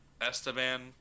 Esteban